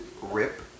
rip